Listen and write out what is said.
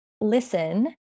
listen